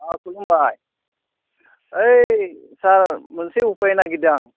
अ खुलुमबाय ओइ सार मोनसे उपाय नागिरदों आं